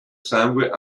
sangue